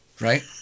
Right